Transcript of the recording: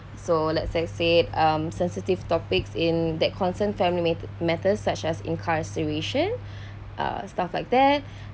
so likes I said um sensitive topics in that concerned family make matters such as incarceration uh stuff like that